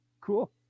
cool